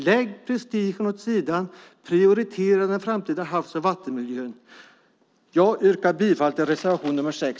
Lägg prestigen åt sidan och prioritera den framtida havs och vattenmiljön! Jag yrkar bifall till reservation nr 6.